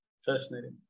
Fascinating